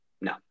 No